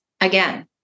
again